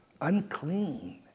unclean